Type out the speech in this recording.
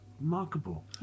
remarkable